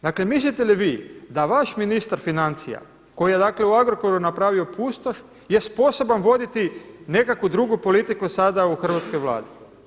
Dakle, mislite li vi da vaš ministar financija koji je u Agrokoru napravio pustoš je sposoban voditi nekakvu drugu politiku sada u hrvatskoj Vladi?